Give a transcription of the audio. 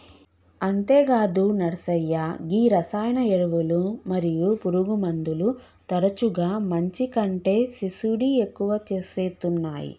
అంతేగాదు నర్సయ్య గీ రసాయన ఎరువులు మరియు పురుగుమందులు తరచుగా మంచి కంటే సేసుడి ఎక్కువ సేత్తునాయి